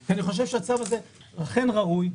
אני חושב שהצו הזה אכן ראוי.